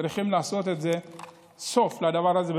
צריכים לעשות סוף לדבר הזה,